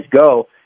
go